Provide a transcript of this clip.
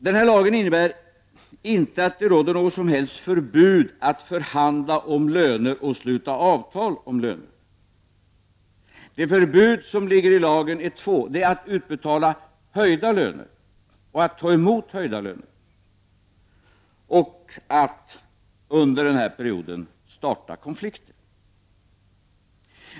Den här lagen innebär inte att det råder något som helst förbud att förhandla om löner och sluta avtal om löner. De förbud som ligger i lagen är två: att utbetala höjda löner och ta emot höjda löner, och att under perioden starta konflikter.